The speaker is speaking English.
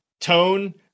tone